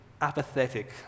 apathetic